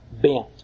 bent